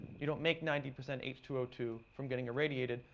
you don't make ninety percent h two o two from getting irradiated,